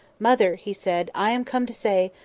mother! he said, i am come to say,